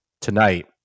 tonight